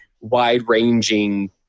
wide-ranging